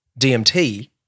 DMT